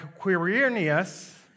Quirinius